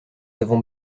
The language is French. avons